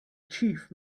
chief